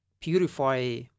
Purify